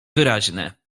wyraźne